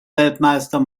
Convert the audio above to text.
weltmeister